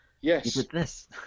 Yes